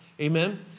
Amen